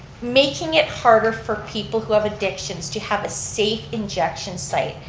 making it harder for people who have addictions to have a safe injection site,